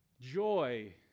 joy